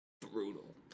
brutal